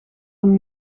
een